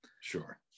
Sure